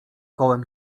kołem